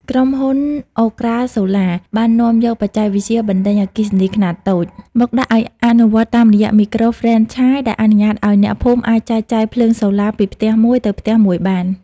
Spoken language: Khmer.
ក្រុមហ៊ុន អូក្រាសូឡា (Okra Solar) បាននាំយកបច្ចេកវិទ្យា "បណ្ដាញអគ្គិសនីខ្នាតតូច" មកដាក់ឱ្យអនុវត្តតាមរយៈមីក្រូហ្វ្រេនឆាយ ដែលអនុញ្ញាតឱ្យអ្នកភូមិអាចចែកចាយភ្លើងសូឡាពីផ្ទះមួយទៅផ្ទះមួយបាន។